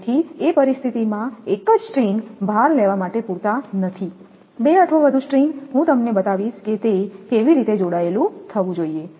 તેથી એ પરિસ્થિતિ માં એક જ સ્ટ્રિંગ ભાર લેવા માટે પૂરતા નથી બે અથવા વધુ સ્ટ્રિંગ હું તમને બતાવીશ કે તે કેવી રીતે જોડાયેલું થવું જોઈએ